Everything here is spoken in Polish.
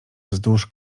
wzdłuż